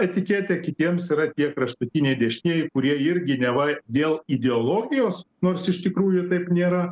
etiketė kitiems yra tie kraštutiniai dešinieji kurie irgi neva dėl ideologijos nors iš tikrųjų taip nėra